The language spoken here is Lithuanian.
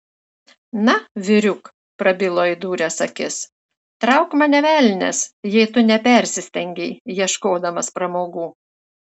na vyriuk prabilo įdūręs akis trauk mane velnias jei tu nepersistengei ieškodamas pramogų